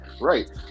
right